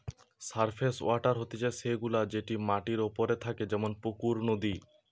surface water হতিছে সে গুলা যেটি মাটির ওপরে থাকে যেমন পুকুর, নদী